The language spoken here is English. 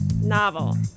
Novel